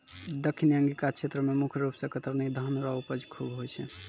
दक्खिनी अंगिका क्षेत्र मे मुख रूप से कतरनी धान रो उपज खूब होय छै